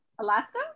Alaska